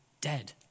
Dead